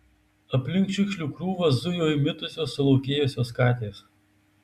aplink šiukšlių krūvą zujo įmitusios sulaukėjusios katės